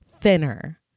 thinner